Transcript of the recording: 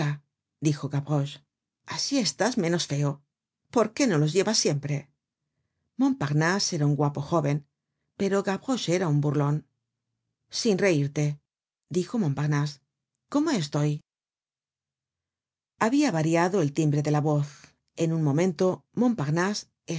dijo gavroche asi estás menos feo por qué no los llevas siempre montparnase era un guapo jóven pero gavroche era un burlon sin reirte dijo montparnase cómo estoy habia variado el timbre de la voz en un momento montparnase